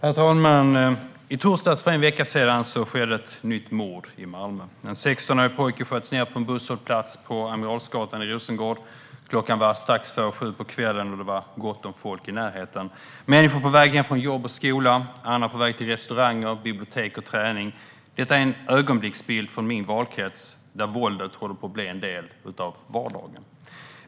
Herr talman! I torsdags, för en vecka sedan, skedde ett nytt mord i Malmö. En 16-årig pojke sköts ned på en busshållplats på Amiralsgatan i Rosengård. Klockan var strax före sju på kvällen, och det var gott om folk i närheten - människor på väg hem från jobb och skola eller på väg till restauranger, bibliotek och träning. Detta är en ögonblicksbild från min valkrets, där våldet håller på att bli en del av vardagen.